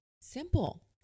Simple